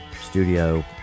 studio